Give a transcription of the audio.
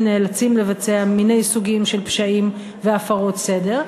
נאלצים לבצע מיני סוגים של פשעים והפרות סדר,